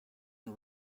and